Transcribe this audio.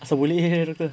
asal boleh jer doctor